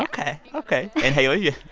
ok. ok. and, haley, yeah